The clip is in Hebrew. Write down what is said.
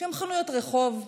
שהן חנויות רחוב קטנות,